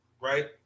right